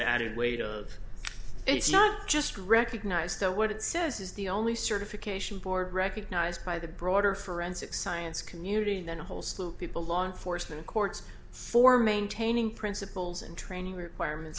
added weight of it's not just recognized what it says is the only certification board recognized by the broader forensic science community and then a whole slew of people law enforcement courts for maintaining principles and training requirements